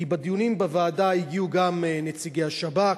לדיונים בוועדה הגיעו גם נציגי השב"כ,